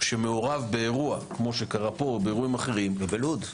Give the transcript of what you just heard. שמעורב באירוע כמו שקרה פה או באירועים אחרים -- גם בלוד.